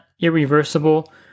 irreversible